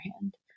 hand